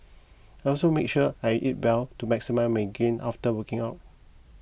I also make sure I eat well to maximise my gain after working out